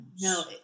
No